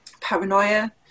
paranoia